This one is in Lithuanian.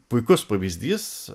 puikus pavyzdys